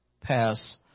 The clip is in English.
pass